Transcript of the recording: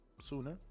sooner